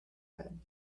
bed